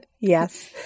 Yes